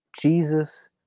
Jesus